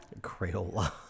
Crayola